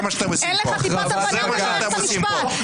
אתה לא מבין את מערכת המשפט,